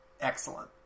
excellent